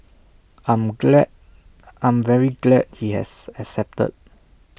I'm glad I'm very glad he has accepted